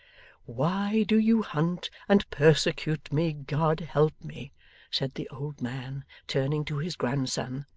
why do you hunt and persecute me, god help me said the old man turning to his grandson.